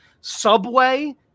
Subway